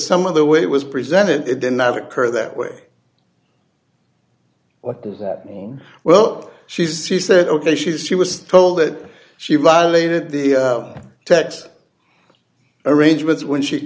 some of the way it was presented it did not occur that way or does that mean well she says she said ok she says she was told that she violated the texas arrangements when she